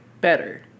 better